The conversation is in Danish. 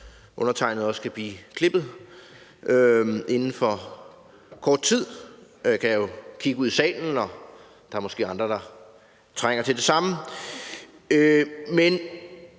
undertegnede også kan blive klippet inden for kort tid. Jeg kigger ud i salen, og der er måske andre, der trænger til det samme.